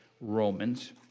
Romans